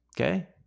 Okay